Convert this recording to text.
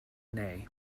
nay